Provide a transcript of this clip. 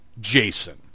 Jason